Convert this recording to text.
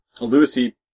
Lucy